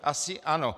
Asi ano.